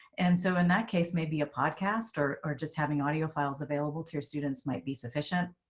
and so in that case, maybe a podcaster or just having audio files available to your students might be sufficient.